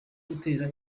gutera